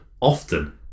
often